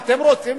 הסמכויות.